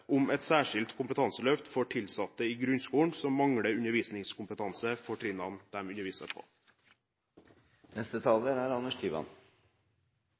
om et særskilt kompetanseløft for tilsatte i grunnskolen som mangler undervisningskompetanse for de trinnene de underviser på. Det er